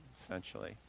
essentially